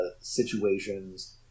situations